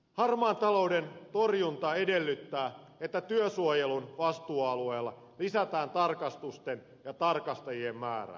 harmaan talouden torjunta edellyttää että työsuojelun vastuualueella lisätään tarkastusten ja tarkastajien määrää